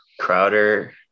Crowder